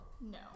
No